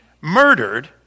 murdered